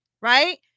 right